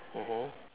mmhmm